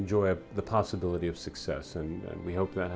enjoy the possibility of success and we hope that